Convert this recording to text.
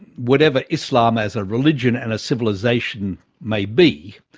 whatever islam as a religion and a civilisation may be,